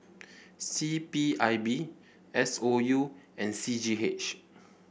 C P I B S O U and C G H